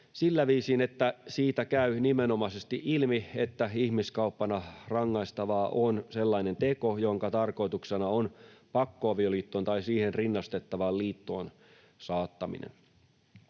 sillä viisiin, että siitä käy nimenomaisesti ilmi, että ihmiskauppana rangaistavaa on sellainen teko, jonka tarkoituksena on pakkoavioliittoon tai siihen rinnastettavaan liittoon saattaminen.